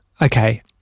Okay